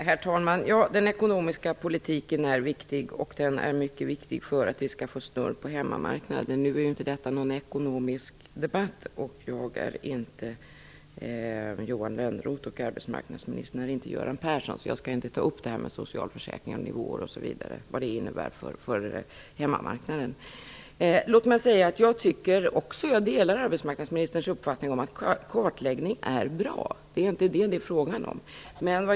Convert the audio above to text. Herr talman! Den ekonomiska politiken är viktig. Den är mycket viktig för att vi skall få snurr på hemmamarknaden. Detta är dock ingen ekonomisk debatt. Jag är inte Johan Lönnroth och arbetsmarknadsministern är inte Göran Persson, så jag skall inte ta upp vad nivåerna i socialförsäkringen innebär för hemmamarknaden. Låt mig säga att jag delar arbetsmarknadsministerns uppfattning om att kartläggning är bra, det är inte det som det är fråga om.